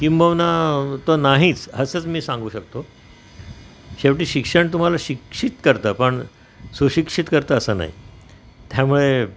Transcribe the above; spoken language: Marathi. किंबहुना तो नाहीच असंच मी सांगू शकतो शेवटी शिक्षण तुम्हाला शिक्षित करतं पण सुशिक्षित करतं असं नाही त्यामुळे